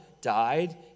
died